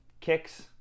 kicks